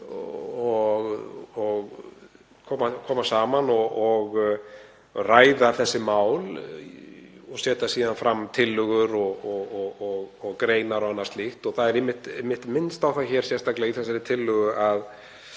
og koma saman og ræða þessi mál og setja síðan fram tillögur og greinar og annað slíkt. Það er minnst á það sérstaklega í þessari tillögu að